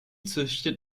züchtet